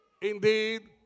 indeed